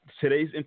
today's